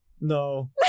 No